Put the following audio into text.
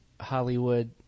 Hollywood